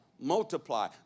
multiply